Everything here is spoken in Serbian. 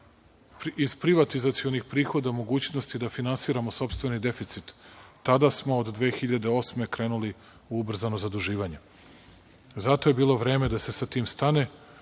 iz privatizacionih prihoda mogućnosti da finansiramo sopstveni deficit, tada smo od 2008. godine krenuli u ubrzano zaduživanje. Zato je bilo vreme da se sa tim stane,